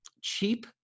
cheap